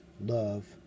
love